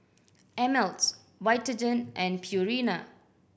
Ameltz Vitagen and Purina